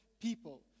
people